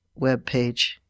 webpage